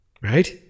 right